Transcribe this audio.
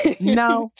no